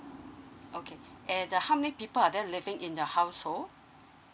okay eh uh how many people are there living in a household